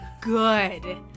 good